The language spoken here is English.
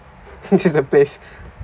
it's the best